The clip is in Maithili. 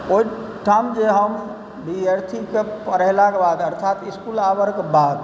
ओहिठाम जे हम विद्यार्थीके पढ़ेलाक बाद अर्थात इस्कूल आवरके बाद